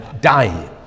die